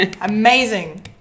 Amazing